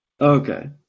Okay